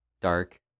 dark